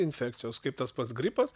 infekcijos kaip tas pats gripas